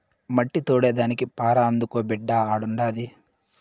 మట్టి తోడేదానికి పార అందుకో బిడ్డా ఆడుండాది